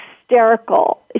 hysterical